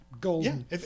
Golden